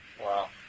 Wow